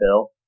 bill